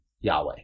Yahweh